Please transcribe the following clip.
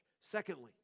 Secondly